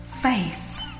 faith